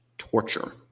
torture